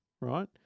right